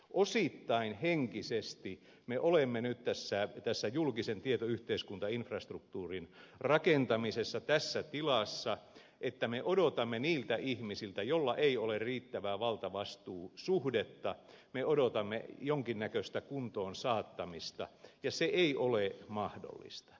osittain henkisesti me olemme nyt tässä julkisen tietoyhteiskuntainfrastruktuurin rakentamisessa tässä tilassa että me odotamme niiltä ihmisiltä joilla ei ole riittävää valtavastuu suhdetta jonkinnäköistä kuntoon saattamista ja se ei ole mahdollista